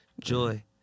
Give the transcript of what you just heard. joy